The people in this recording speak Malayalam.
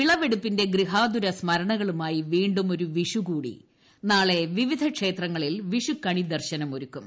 വിളവെടുപ്പിന്റെ ഗൃഹാതുര സ്മരണകളുമായി വീണ്ടും ഒരു വിഷു ്കൂടി നാളെ വിവിധ ക്ഷേത്രങ്ങളിൽ വിഷുക്കണി ദർശനം ഒരുക്കും